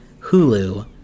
Hulu